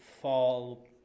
fall